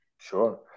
Sure